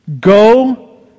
Go